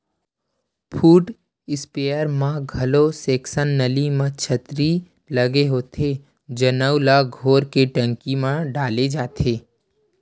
foot sprayer म घलो section नली म छन्नी लगे होथे जउन ल घोर के टंकी म डाले जाथे